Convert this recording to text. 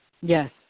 Yes